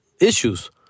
issues